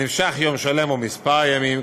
הנמשך יום שלם או מספר ימים,